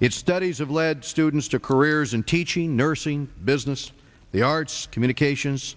it studies have led students to careers in teaching nursing business the arts communications